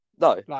No